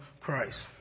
Christ